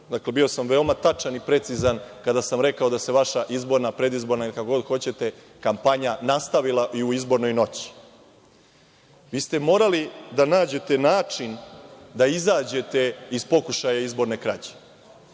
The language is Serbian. kruga. Dakle, bio sam vrlo tačan i precizan kada sam rekao da se vaša izborna, predizborna, kako god hoćete kampanja nastavila i u izbornoj noći. Vi ste morali da nađete način da izađete iz pokušaja izborne krađe.